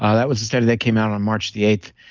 um that was a study that came out on march the eighth.